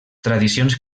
tradicions